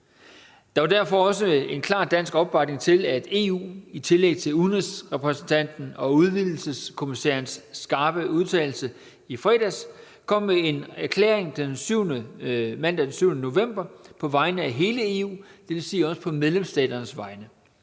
Der var derfor også en klar dansk opbakning til, at EU i tillæg til udenrigsrepræsentanten og udvidelseskommissærens skarpe udtalelse i fredags kom med en erklæring mandag den 7. november på vegne af hele EU, dvs. også på medlemsstaternes vegne.